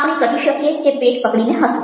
આપણે કહી શકીએ કે પેટ પકડીને હસવું